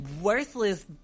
worthless